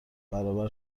برابر